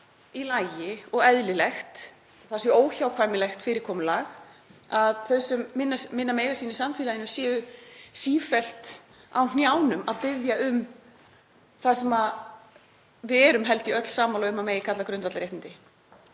í lagi og eðlilegt, óhjákvæmilegt fyrirkomulag, að þau sem minna mega sín í samfélaginu séu sífellt á hnjánum að biðja um það sem ég held að við séum öll sammála um að megi kalla grundvallarréttindi.